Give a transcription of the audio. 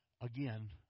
again